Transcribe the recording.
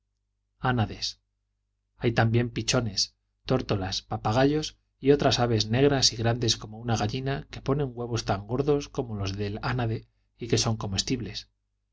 añades hay también pichones tórtolas papagayos y otras aves negras y grandes como una gallina que ponen huevos tan gordos como los del ánade y que son comestibles